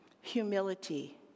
humility